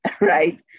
right